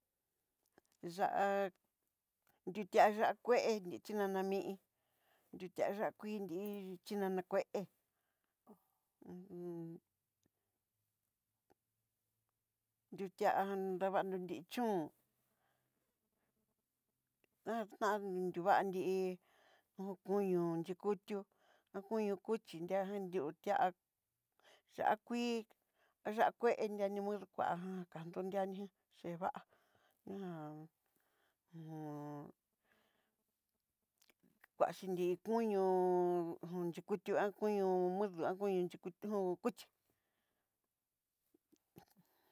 Ya'á nriute aya'á kué, nrií xhinana mí'i, nruté aya'á kuii nrí xhinana kué hu un nruteá anrava nrí chón, natan nri tiuvaá nrií hó koño xhikutiú, ño kuchí nrijan nriutiá ya'á kuii ya'á kué anriani no kuejan, kandó nriami chevaa ihá ho nri vaxhi kuñó, hon kuyutiá mudu a kuño chikitiú kuchí.